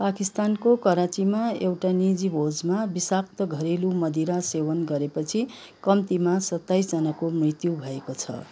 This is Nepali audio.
पाकिस्तानको कराँचीमा एउटा निजी भोजमा विषाक्त घरेलु मदिरा सेवन गरेपछि कम्तीमा सत्ताइसजनाको मृत्यु भएको छ